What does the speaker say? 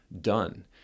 done